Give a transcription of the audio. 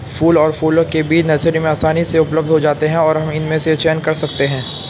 फल और फूलों के बीज नर्सरी में आसानी से उपलब्ध हो जाते हैं और हम इनमें से चयन कर सकते हैं